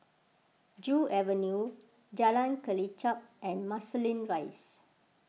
Joo Avenue Jalan Kelichap and Marsiling Rise